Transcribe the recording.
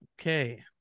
Okay